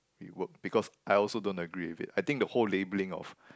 rework because I also don't agree with it I think the whole labeling of